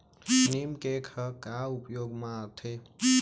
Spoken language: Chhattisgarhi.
नीम केक ह का उपयोग मा आथे?